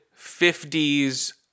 50's